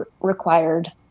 required